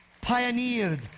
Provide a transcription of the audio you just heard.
pioneered